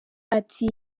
ati